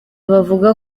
bavuga